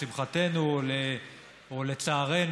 לשמחתנו או לצערנו,